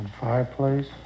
fireplace